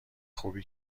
خوبی